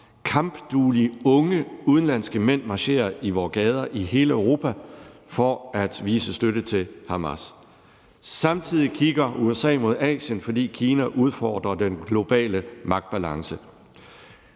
Kampduelige unge udenlandske mænd marcherer i vore gader i hele Europa for at vise støtte til Hamas. Samtidig kigger USA mod Asien, fordi Kina udfordrer den globale magtbalance.